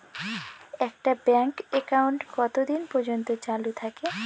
একটা bank account কতদিন পর্যন্ত চালু থাকে?